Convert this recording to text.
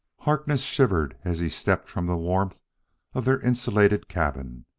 harkness shivered as he stepped from the warmth of their insulated cabin,